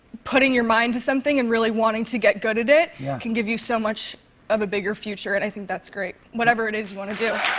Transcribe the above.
putting your mind to something and really wanting to get good at it can give you so much of a bigger future. and i think that's great, whatever it is you want to do.